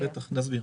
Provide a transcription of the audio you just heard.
בטח, נסביר.